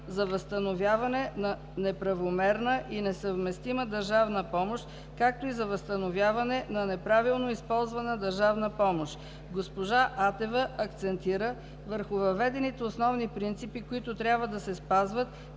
за възстановяване на неправомерна и несъвместима държавна помощ, както и за възстановяване на неправилно използвана държавна помощ. Госпожа Атева акцентира върху въведените основни принципи, които трябва да се спазват